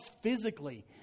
physically